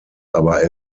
aber